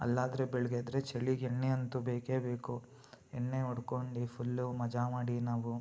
ಅಲ್ಲಾದ್ರೆ ಬೆಳಿಗ್ಗೆ ಎದ್ರೆ ಚಳಿಗೆ ಎಣ್ಣೆ ಅಂತೂ ಬೇಕೇ ಬೇಕು ಎಣ್ಣೆ ಹೊಡ್ಕೊಂಡು ಫುಲ್ಲು ಮಜಾ ಮಾಡಿ ನಾವು